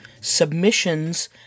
submissions